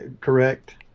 correct